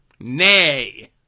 Nay